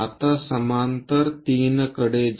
आता समांतर 3 कडे जा